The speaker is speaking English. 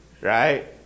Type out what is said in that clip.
Right